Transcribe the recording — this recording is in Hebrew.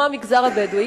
כמו המגזר הבדואי,